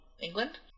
England